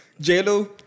J-Lo